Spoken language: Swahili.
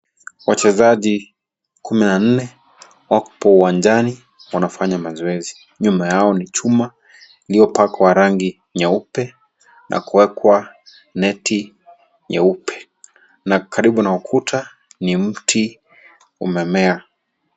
Wachezaji kumi na nne, wapo uwanjani wanafanya mazoezi. Nyuma yao ni chuma iliyopakwa rangi nyeupe na kuwekwa neti nyeupe na karibu na ukuta ni mti umemea.